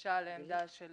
בקשה לעמדה של